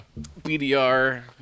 BDR